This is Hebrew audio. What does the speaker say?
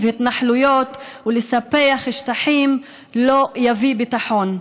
התנחלויות ולספח שטחים לא יביא ביטחון,